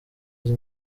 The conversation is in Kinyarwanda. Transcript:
izi